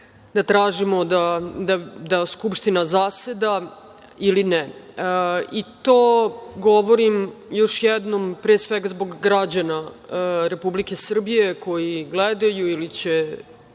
da tražimo da Skupština zaseda ili ne. To govorim još jednom pre svega zbog građana Republike Srbije koji gledaju ili će